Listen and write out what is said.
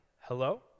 Hello